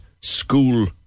school